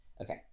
okay